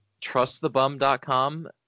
Trustthebum.com